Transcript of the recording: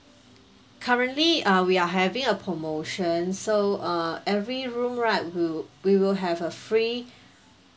currently uh we are having a promotion so uh every room right we'll we will have a free